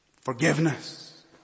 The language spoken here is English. Forgiveness